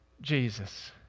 Jesus